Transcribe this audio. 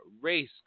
race